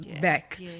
back